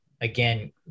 again